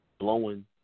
blowing